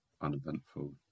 uneventful